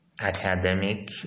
academic